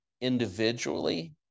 individually